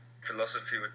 philosophy